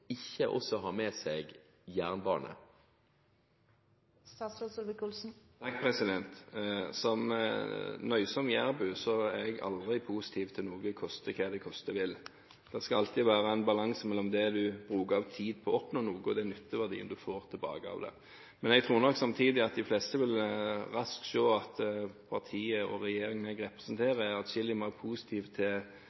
ikke også har med seg jernbane? Som nøysom jærbu er jeg aldri positiv til noe «koste hva det koste vil». Det skal alltid være en balanse mellom det man bruker av tid på å oppnå noe, og den nytteverdien man får tilbake. Jeg tror samtidig at de fleste raskt vil se at partiet og regjeringen jeg